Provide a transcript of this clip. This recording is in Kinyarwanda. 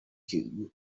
kiringo